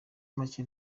make